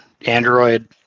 Android